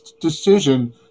decision